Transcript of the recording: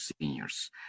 seniors